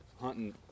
Hunting